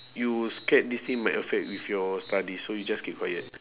you scared this thing might affect with your studies so you just keep quiet